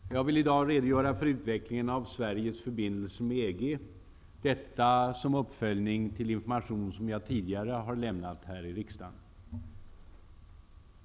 Fru talman! Jag vill i dag redogöra för utvecklingen av Sveriges förbindelse med EG — detta som en uppföljning till den information som jag tidigare lämnat här i riksdagen.